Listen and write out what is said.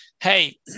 Hey